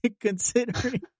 considering